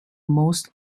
most